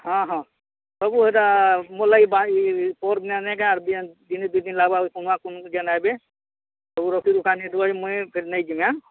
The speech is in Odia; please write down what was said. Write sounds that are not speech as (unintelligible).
ହଁ ହଁ ସବୁ ହେଟା ମୋର୍ ଲାଗି ପର୍ଦିନେ ନେଇକେଁ (unintelligible) ଦିନେ ଦୁଇ ଦିନ୍ ଲାଗ୍ବା କୁନୁଆ କୁନି ଯେନ୍ ଆଏବେ ସବୁ ରଖିରୁଖା ନେଇଥିବ ଯେ ମୁଇଁ ନେଇଯିମି ହେଁ